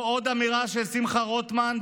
או עוד אמירה של שמחה רוטמן,